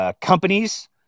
companies